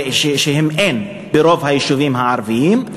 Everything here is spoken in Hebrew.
אין ברוב היישובים הערביים,